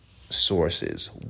sources